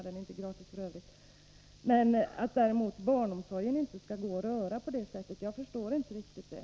Men att det däremot inte skall gå att röra barnomsorgen på det sättet förstår jag inte riktigt.